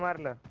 and